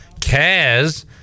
kaz